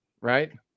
right